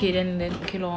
but okay then okay lor